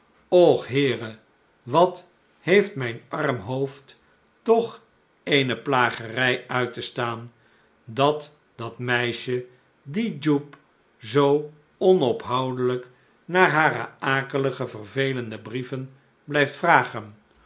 och heere wat heeft mijn arm hoofd toch eene plagerij uit te staan dat dat meisje die jupe zoo onophoudelijk naar hare akelige vervelende brieven blijft vragen